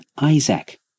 Isaac